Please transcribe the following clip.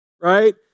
right